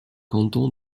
canton